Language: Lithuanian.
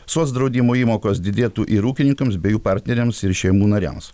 soc draudimo įmokos didėtų ir ūkininkams bei jų partneriams ir šeimų nariams